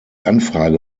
anfrage